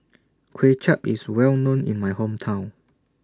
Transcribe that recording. Kway Chap IS Well known in My Hometown